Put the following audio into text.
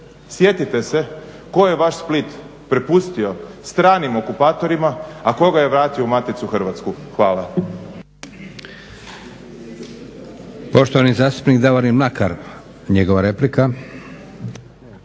sjetite se tko je vaš Split prepustio stranim okupatorima, a tko ga je vratio u Maticu Hrvatsku. Hvala.